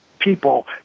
people